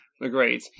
agreed